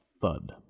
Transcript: thud